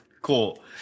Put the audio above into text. Cool